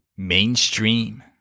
Mainstream